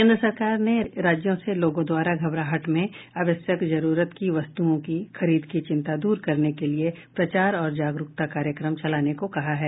केंद्र सरकार ने राज्यों से लोगों द्वारा घबराहट में आवश्यक जरूरत की वस्तुओं की खरीद की चिंता दूर करने के लिए प्रचार और जागरूकता कार्यक्रम चलाने को कहा है